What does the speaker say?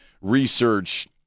research